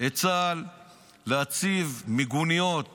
את צה"ל להציב מיגוניות